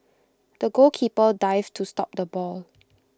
the goalkeeper dived to stop the ball